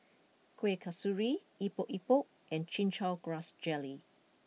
Kuih Kasturi Epok Epok and Chin Chow Grass Jelly